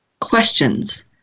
questions